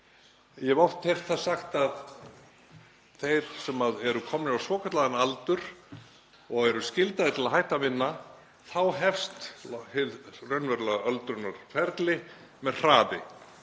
Ég hef oft heyrt það sagt að þeir sem eru komnir á svokallaðan aldur og eru skyldaðir til að hætta að vinna — þá hefst hið raunverulega öldrunarferli með hraði.